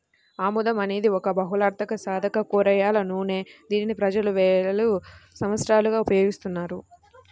ఆముదం అనేది ఒక బహుళార్ధసాధక కూరగాయల నూనె, దీనిని ప్రజలు వేల సంవత్సరాలుగా ఉపయోగిస్తున్నారు